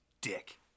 dick